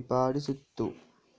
ಏರ್ಪಡಿಸಿತ್ತು